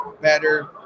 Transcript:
better